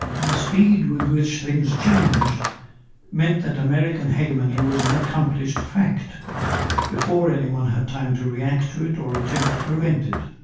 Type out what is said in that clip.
the speed with which things changed meant that american hegemony was an accomplished fact before anyone had time to react to it or attempt to prevent it.